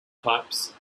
types